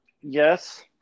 yes